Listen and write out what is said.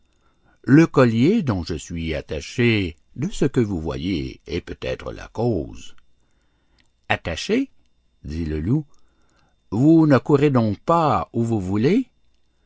le collier dont je suis attaché de ce que vous voyez est peut-être la cause attaché dit le loup vous ne courez donc pas où vous voulez